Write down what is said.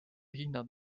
hinnad